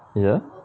ya